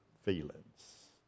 feelings